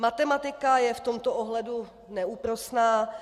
Matematika je v tomto ohledu neúprosná.